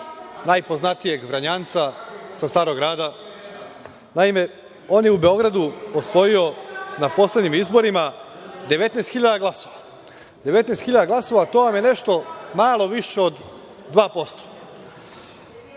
najpoznatijeg Vranjanca sa Starog Grada. Naime, on je u Beogradu osvojio na poslednjim izborima 19.000 glasova, a to vam je nešto malo više od 2%.